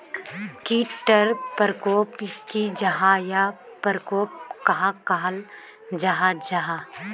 कीट टर परकोप की जाहा या परकोप कहाक कहाल जाहा जाहा?